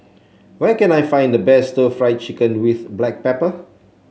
where can I find the best stir Fry Chicken with Black Pepper